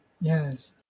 Yes